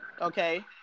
okay